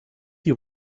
die